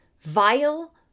Vile